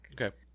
Okay